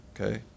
Okay